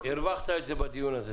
הרווחת את זה בדיון הזה.